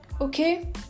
Okay